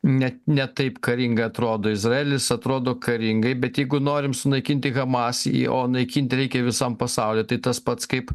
net ne taip karingai atrodo izraelis atrodo karingai bet jeigu norim sunaikinti hamas naikint reikia visam pasauly tai tas pats kaip